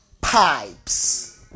pipes